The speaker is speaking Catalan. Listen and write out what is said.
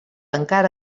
encara